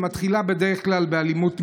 שמתחילה בדרך כלל באלימות מילולית.